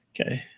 Okay